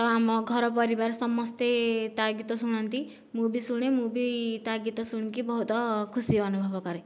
ତ ଆମ ଘର ପରିବାର ସମସ୍ତେ ତା ଗୀତ ଶୁଣନ୍ତି ମୁଁ ବି ଶୁଣେ ମୁଁ ବି ତା ଗୀତ ଶୁଣିକି ବହୁତ ଖୁସି ଅନୁଭବ କରେ